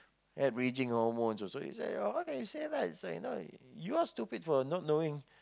had raging hormones also is like okay you say like so right now you're stupid for not knowing